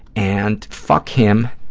and fuck him,